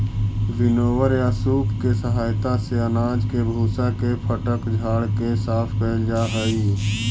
winnower या सूप के सहायता से अनाज के भूसा के फटक झाड़ के साफ कैल जा हई